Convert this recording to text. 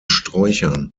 sträuchern